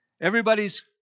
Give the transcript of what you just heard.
Everybody's